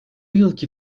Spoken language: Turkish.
yılki